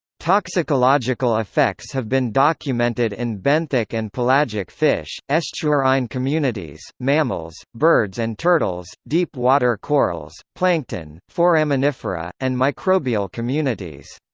toxicological effects have been documented in benthic and pelagic fish, estuarine communities, mammals, birds and turtles, deep-water corals, plankton, foraminifera, and microbial communities.